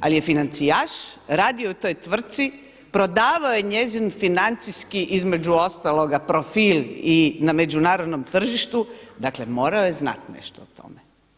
ali je financijaš, radio je u toj tvrci, prodavao je njezin financijski između ostaloga profil i na međunarodnom tržištu, dakle morao je znati nešto o tome.